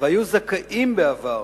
והיו זכאים בעבר